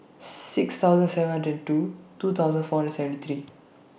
six thousand seven hundred two two thousand four hundred seventy three